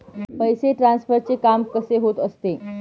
पैसे ट्रान्सफरचे काम कसे होत असते?